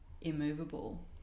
immovable